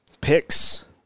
picks